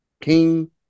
King